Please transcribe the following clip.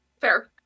Fair